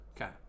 Okay